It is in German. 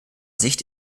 sicht